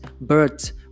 birds